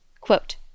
quote